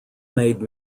made